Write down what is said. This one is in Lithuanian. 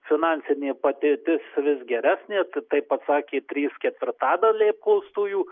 finansinė padėtis vis geresnė t taip atsakė trys ketvirtadaliai apklaustųjų